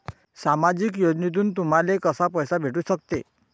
सामाजिक योजनेतून तुम्हाले कसा पैसा भेटू सकते?